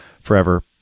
forever